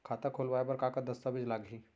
खाता खोलवाय बर का का दस्तावेज लागही?